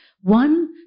One